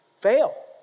fail